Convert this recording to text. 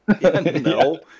No